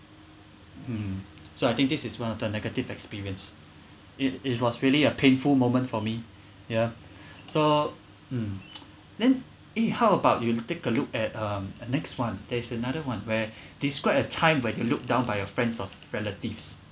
mm so I think this is one of the negative experience it it was really a painful moment for me ya so mm then eh how about you take a look at um a next one there's another one where describe a time when you looked down by your friends or relatives